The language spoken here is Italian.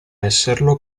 esserlo